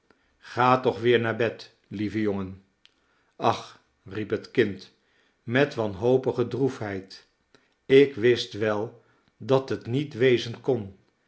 ga toch weer naar bed lieve jongen ach riep het kind met wanhopige droefheid ik wist wel dat het niet wezen kon